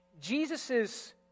Jesus's